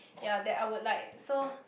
ya that I would like so